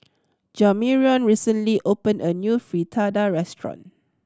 Jamarion recently opened a new Fritada restaurant